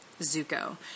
Zuko